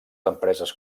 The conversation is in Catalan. empreses